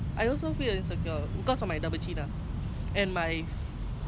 I also feel insecure because of my double chin ah